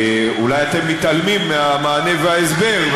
אולי אתם מתעלמים מהמענה וההסבר,